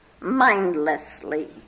mindlessly